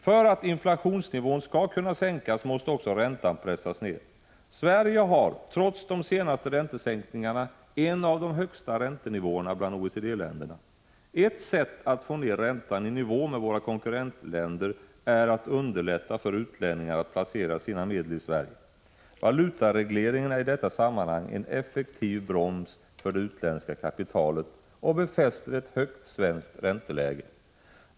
För att inflationsnivån skall kunna sänkas måste också räntan pressas ned. Sverige har, trots de senaste räntesänkningarna, en av de högst räntenivåerna bland OECD-länderna. Ett sätt att få ned räntan i nivå med våra konkurrentländer är att underlätta för utlänningar att placera sina medel i Sverige. Valutaregleringen är i detta sammanhang en effektiv broms för det utländska kapitalet, och befäster ett högt svenskt ränteläge.